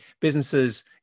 businesses